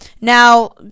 Now